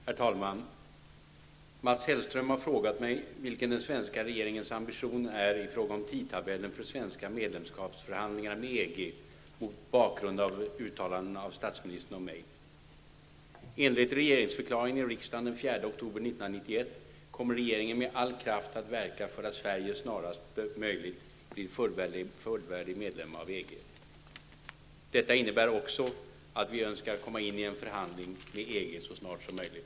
Herr talman! Mats Hellström har frågat mig vilken den svenska regeringens ambition är i fråga om tidtabellen för svenska medlemskapsförhandlingar med EG mot bakgrund av uttalanden av statsministern och mig. oktober 1991 kommer regeringen med all kraft att verka för att Sverige snarast möjligt blir fullvärdig medlem av EG. Detta innebär också att vi önskar komma in i en förhandling med EG så snart som möjligt.